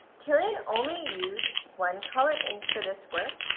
kilian only used one color ink for this work,